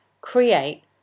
create